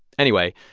anyway,